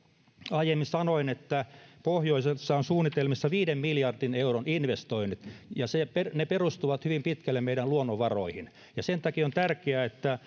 aiemmin sanoin pohjoisessa on suunnitelmissa viiden miljardin euron investoinnit ja ne perustuvat hyvin pitkälle meidän luonnonvaroihimme ja sen takia on tärkeää että